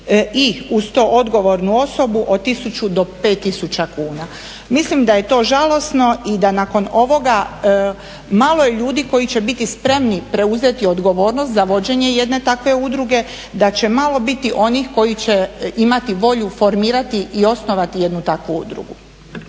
i uz to odgovornu osobu od tisuću do 5 tisuća kuna. Mislim da je to žalosno i da nakon ovoga malo je ljudi koji će biti spremni odgovornost za vođenje jedne takve udruge, da će malo biti onih koji će imati volju formirati i osnovati jednu takvu udrugu.